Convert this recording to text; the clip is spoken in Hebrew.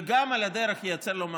וגם על הדרך ייצר לו ממ"ד,